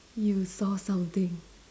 you saw something